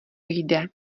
jde